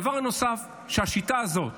הדבר הנוסף, שהשיטה הזאת